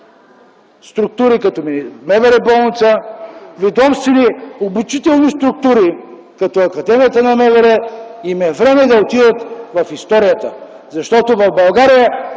структури като МВР болница, ведомствени обучителни структури като академията на МВР им е време да отидат в историята, защото в България